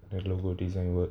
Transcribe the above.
that logo design work